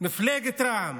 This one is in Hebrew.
את מפלגת רע"מ,